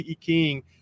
King